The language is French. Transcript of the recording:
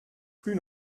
plus